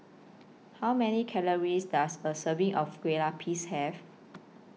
How Many Calories Does A Serving of Kueh Lapis Have